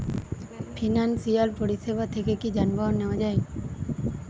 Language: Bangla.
ফিনান্সসিয়াল পরিসেবা থেকে কি যানবাহন নেওয়া যায়?